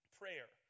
prayer